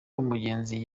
umugenzi